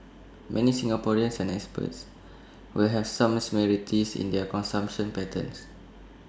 many Singaporeans and expats will have some similarities in their consumption patterns